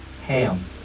Ham